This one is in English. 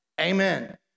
Amen